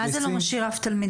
מה זה "לא משאיר אף תלמיד"?